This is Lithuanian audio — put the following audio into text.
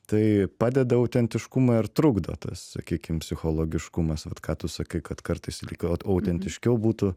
tai padeda autentiškumui ar trukdo tas sakykim psichologiškumas vat ką tu sakai kad kartais lyg au autentiškiau būtų